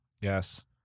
Yes